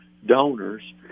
donors